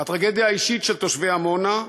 הטרגדיה האישית של תושבי עמונה,